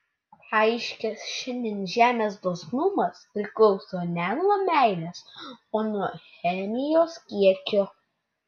paaiškės šiandien žemės dosnumas priklauso ne nuo meilės o nuo chemijos kiekio